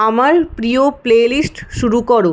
আমার প্রিয় playlist শুরু করো